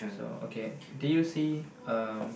so okay do you see um